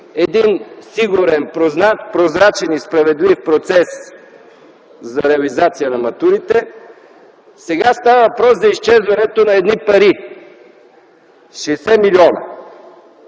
сигурен, прозрачен и справедлив процес за реализацията на матурите, сега става въпрос за изчезването на едни пари – 60 милиона.